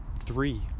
three